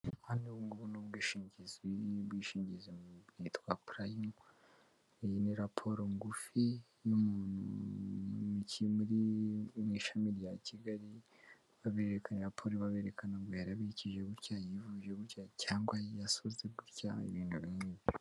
Hano' ubungubu n'ubwishingizi bw'ubwishingizi bwitwa pling iyi ni raporo ngufi y'umu ki mu ishami rya kigali baberererekanapole baberekana ngo yarabikije butya yivuye but cyangwa yasutse gutya ibintu nkibyo.